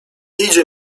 idzie